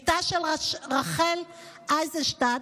בתה של רחל אייזנשטדט,